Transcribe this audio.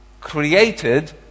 created